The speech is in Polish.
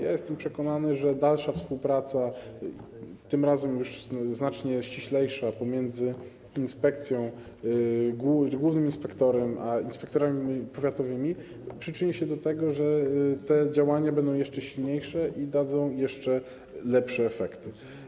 Jestem przekonany, że dalsza współpraca, tym razem już znacznie ściślejsza, pomiędzy inspekcją, głównym inspektorem a inspektorami powiatowymi przyczyni się do tego, że te działania będą jeszcze silniejsze i dadzą jeszcze lepszy efekty.